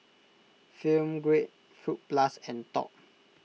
Film Grade Fruit Plus and Top